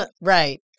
Right